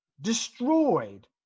destroyed